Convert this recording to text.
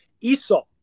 Esau